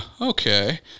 okay